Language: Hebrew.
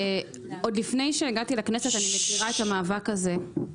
לפני שהגעתי לכנסת אני מכירה את המאבק הזה,